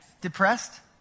Depressed